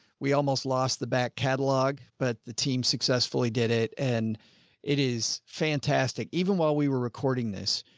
we almost lost the back catalog, but the team successfully did it and it is fantastic. even while we were recording this,